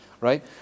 Right